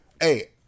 Hey